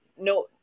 no